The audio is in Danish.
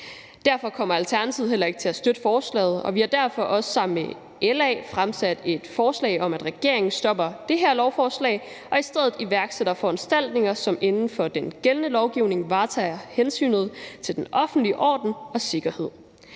Derfor kommer Alternativet heller ikke til at støtte forslaget, og vi har derfor også sammen med LA fremsat et forslag om, at regeringen stopper det her lovforslag og i stedet iværksætter foranstaltninger, som inden for den gældende lovgivning varetager hensynet til den offentlige orden og sikkerhed.